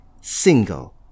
single